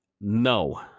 no